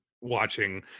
watching